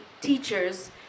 teachers